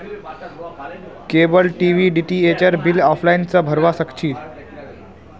cable TV डीटीएचेर bill offline स भरवा सक छी